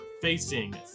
facing